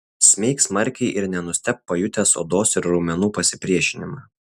smeik smarkiai ir nenustebk pajutęs odos ir raumenų pasipriešinimą